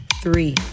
Three